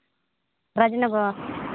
Rajnagar